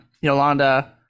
Yolanda